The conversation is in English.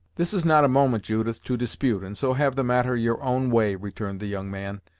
this is not a moment, judith, to dispute, and so have the matter your own way, returned the young man.